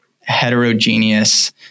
heterogeneous